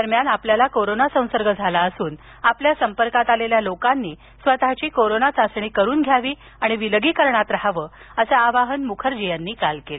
दरम्यान आपल्याला कोरोना संसर्ग झाला असून आपल्या संपर्कात आलेल्या लोकांनी स्वतःची कोरोना चाचणी करून घ्यावी आणिविलगीकरणात रहावं असं आवाहन मुखर्जी यांनी काल केलं